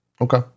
Okay